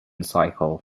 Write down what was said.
cycle